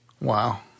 Wow